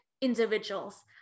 individuals